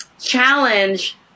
challenge